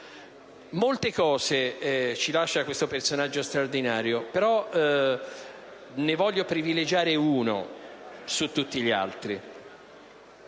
Molte cose ci lascia questo personaggio straordinario. Però ne voglio privilegiare una su tutte le altre: